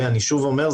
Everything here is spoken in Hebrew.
אני שוב אומר,